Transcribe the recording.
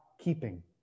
keeping